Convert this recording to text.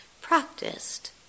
practiced